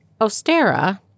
Ostera